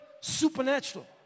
supernatural